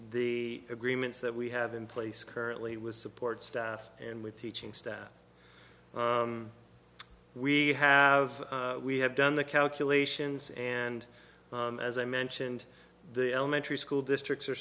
the agreements that we have in place currently was support staff and with teaching staff we have we have done the calculations and as i mentioned the elementary school districts are